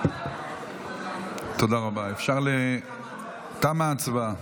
תודה רבה, תמה ההצבעה,